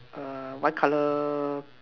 err white colour